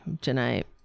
tonight